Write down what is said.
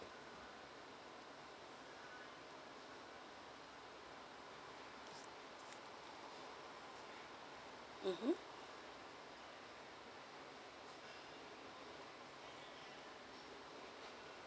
mmhmm